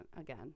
again